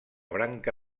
branca